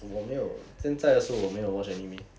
我没有现在的是我没有 watch anime